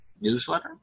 newsletter